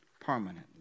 permanently